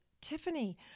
Tiffany